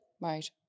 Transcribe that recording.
Right